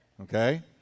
okay